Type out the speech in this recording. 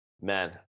man